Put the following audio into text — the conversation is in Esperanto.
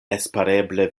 espereble